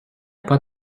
pas